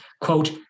Quote